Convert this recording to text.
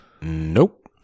Nope